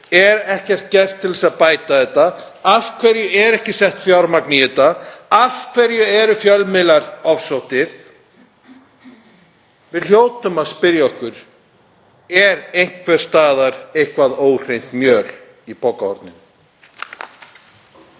er ekkert gert til að bæta þetta? Af hverju er ekki sett fjármagn í þetta? Af hverju eru fjölmiðlar ofsóttir? Við hljótum að spyrja okkur: Er einhvers staðar óhreint mjöl í pokahorninu?